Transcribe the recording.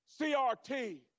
CRT